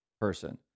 person